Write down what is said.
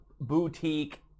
boutique